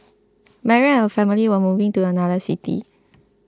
Mary and her family were moving to another city